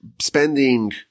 spending